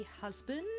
husband